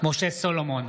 משה סולומון,